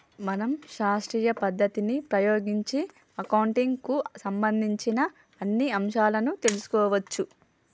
మనం శాస్త్రీయ పద్ధతిని ఉపయోగించి అకౌంటింగ్ కు సంబంధించిన అన్ని అంశాలను తెలుసుకోవచ్చు